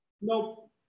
Nope